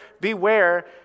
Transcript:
beware